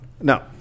No